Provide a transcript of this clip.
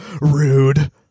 rude